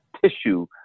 tissue